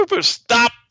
stop